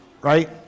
right